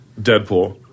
Deadpool